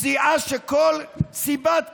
סיעה שכל סיבת קיומה,